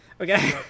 Okay